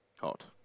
Hot